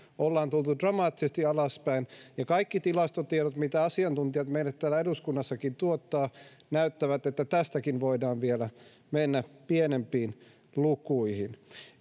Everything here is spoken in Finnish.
ollaan tultu dramaattisesti alaspäin ja kaikki tilastotiedot mitä asiantuntijat meille täällä eduskunnassakin tuottavat näyttävät että tästäkin voidaan vielä mennä pienempiin lukuihin